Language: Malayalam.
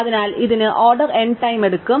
അതിനാൽ ഇതിന് ഓർഡർ n ടൈം എടുക്കും